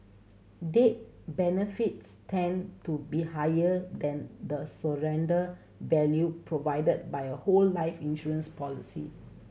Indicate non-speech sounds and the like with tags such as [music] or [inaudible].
[unintelligible] benefits tend to be higher than the surrender value provided by a whole life insurance policy